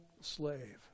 slave